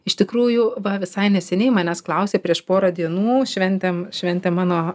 iš tikrųjų va visai neseniai manęs klausė prieš porą dienų šventėm šventė mano